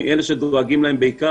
אנחנו אלה שדואגים להם בעיקר,